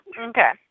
Okay